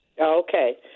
Okay